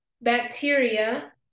bacteria